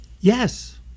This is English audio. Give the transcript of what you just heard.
Yes